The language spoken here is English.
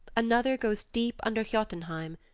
another goes deep under jotunheim,